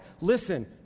listen